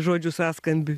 žodžių sąskambį